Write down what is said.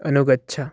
अनुगच्छ